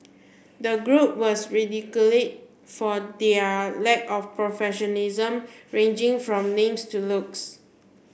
the group was radically for their lack of professionalism ranging from names to looks